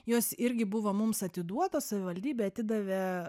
jos irgi buvo mums atiduotos savivaldybė atidavė